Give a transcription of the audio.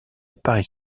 paris